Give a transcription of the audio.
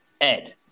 Ed